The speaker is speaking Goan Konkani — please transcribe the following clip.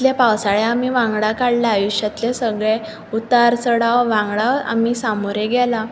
कितले पावसाळे आमी वांगडा काडल्यात आयुश्यांतले सगळे उतार चडाव वांगडा आमी सामुरे केला